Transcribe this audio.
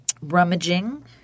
rummaging